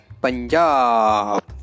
Punjab